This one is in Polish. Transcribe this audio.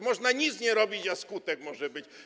Można nic nie robić, a skutek może być.